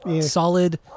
Solid